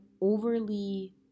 overly